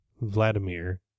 Vladimir